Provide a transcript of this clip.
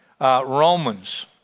Romans